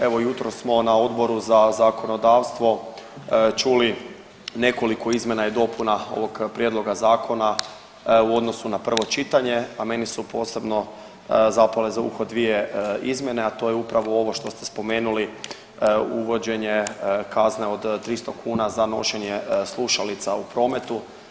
Evo jutros smo na Odboru za zakonodavstvo čuli nekoliko izmjena i dopuna ovog prijedloga zakona u odnosu na prvo čitanje, a meni su posebno zapele za uho dvije izmjene, a to je upravo ovo što ste spomenuli uvođenje kazne od 300 kuna za nošenje slušalica u prometu.